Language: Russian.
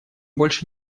больше